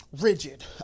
rigid